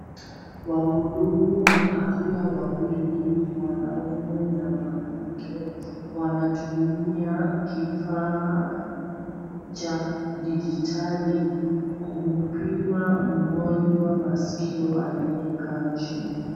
Wahudumu wa afya wawili, mwanaume na mwanamke wanatumia kifaa cha digitali kumpima mgonjwa maskio aliyekaa chini.